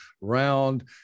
round